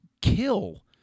kill